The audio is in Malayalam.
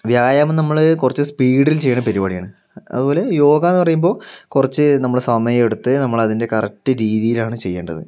വ്യായാമം നമ്മൾ കുറച്ച് സ്പീഡിൽ ചെയ്യണ പരിപാടിയാണ് അതുപോലെ യോഗ എന്ന് പറയുമ്പോൾ കുറച്ച് നമ്മള് സമയമെടുത്ത് നമ്മൾ അതിന്റെ കറക്ട് രീതിയിലാണ് ചെയ്യേണ്ടത്